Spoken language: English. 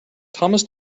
thomas